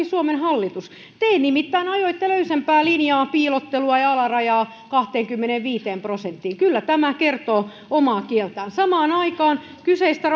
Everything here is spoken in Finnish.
suomen hallitus te nimittäin ajoitte löysempää linjaa piilottelua ja alarajaa kahteenkymmeneenviiteen prosenttiin kyllä tämä kertoo omaa kieltään samaan aikaan kyseistä